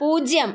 പൂജ്യം